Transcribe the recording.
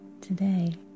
Today